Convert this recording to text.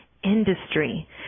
industry